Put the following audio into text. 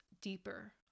deeper